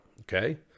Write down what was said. Okay